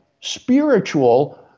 spiritual